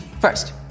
First